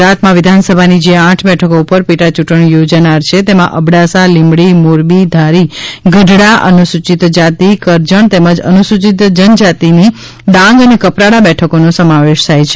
ગુજરાતમાં વિધાન સભાની જે આઠ બેઠકો ઉપર પેટા ચૂંટણીઓ યોજાનાર છે તેમાં અબડાસા લીમડી મોરબી ધારી ગઢડા અનુસૂચિત જાતિ કરજણ તેમજ અનુસૂચિત જનજાતિની ડાંગ અને કપરાડા બેઠકોનો સમાવેશ થાય છે